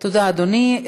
תודה, אדוני.